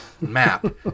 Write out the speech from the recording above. map